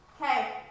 Okay